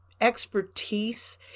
expertise